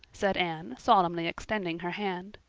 said anne, solemnly extending her hand.